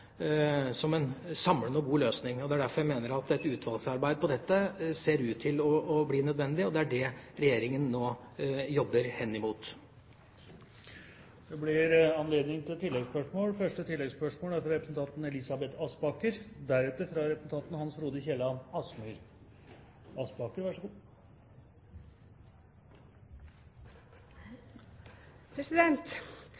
som er en samlende og god løsning. Det er derfor jeg mener at et utvalgsarbeid på dette området ser ut til å bli nødvendig, og det er det Regjeringen nå jobber henimot. Det blir anledning til to oppfølgingsspørsmål – først Elisabeth Aspaker. Det er